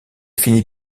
finit